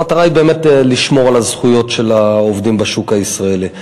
המטרה היא לשמור על הזכויות של העובדים בשוק הישראלי.